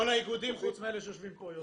כל האיגודים חוץ מאלה שיושבים פה, יוסי.